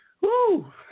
Woo